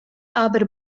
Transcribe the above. aber